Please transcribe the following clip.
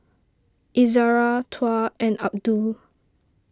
Izzara Tuah and Abdul